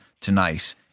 tonight